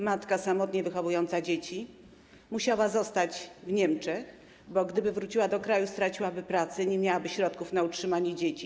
Matka samotnie wychowująca dzieci musiała zostać w Niemczech, bo gdyby wróciła do kraju, straciłaby pracę, nie miałaby środków na utrzymanie dzieci.